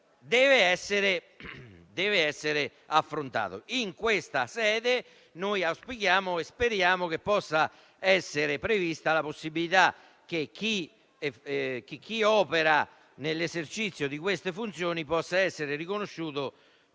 percorsi formativi. In questa sede, noi auspichiamo e speriamo che venga prevista la possibilità che chi opera nell'esercizio di queste funzioni possa essere riconosciuto